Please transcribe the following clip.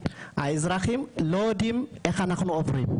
האזרחים לא יודעים איך אנחנו עוברים,